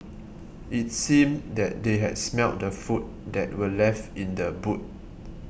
it seemed that they had smelt the food that were left in the boot